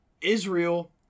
Israel